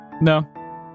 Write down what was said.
no